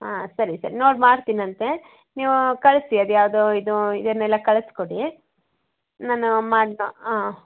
ಹಾಂ ಸರಿ ಸರಿ ನೋಡಿ ಮಾಡ್ತೀನಂತೆ ನೀವು ಕಳಿಸಿ ಅದು ಯಾವುದು ಇದು ಇದನ್ನೆಲ್ಲ ಕಳಿಸ್ಕೊಡಿ ನಾನು ಮಾಡ್ನ ಹಾಂ